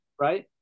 right